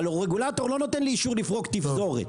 הרגולטור לא נותן לי אישור לפרוק תפזורת.